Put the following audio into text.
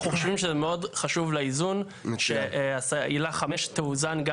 אנחנו חושבים שזה מאוד חשוב לאיזון שעילה 5 תאוזן גם